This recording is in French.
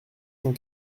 cent